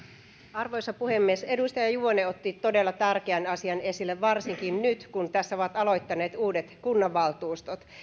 arvoisa puhemies edustaja juvonen otti todella tärkeän asian esille varsinkin nyt kun tässä ovat aloittaneet uudet kunnanvaltuustot